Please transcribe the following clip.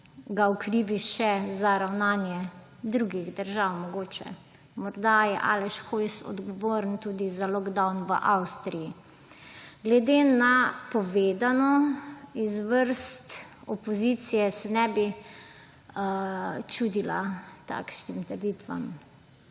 okrivi še za ravnanje drugih držav. Morda je Aleš Hojs odgovoren tudi za lockdown v Avstriji. Glede na povedano iz vrst opozicije, se ne bi čudila takšnim trditvam.